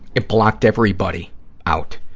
it blocked everybody out.